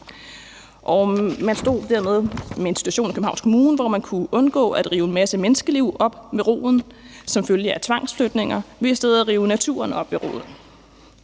Man stod dermed med en situation i Københavns Kommune, hvor man kunne undgå at rive en masse menneskeliv op med roden som følge af tvangsflytninger ved i stedet at rive naturen op med roden.